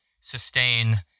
sustain